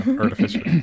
artificial